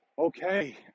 okay